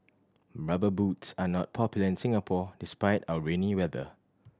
Rubber Boots are not popular in Singapore despite our rainy weather